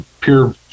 Pure